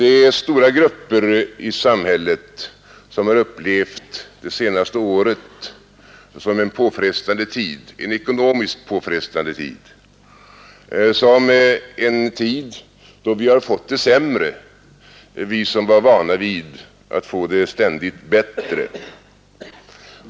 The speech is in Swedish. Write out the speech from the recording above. Det är stora grupper i samhället som har upplevt det senaste året som en ekonomiskt påfrestande tid, som en tid då vi har fått det sämre, vi som varit vana vid att ständigt få det bättre.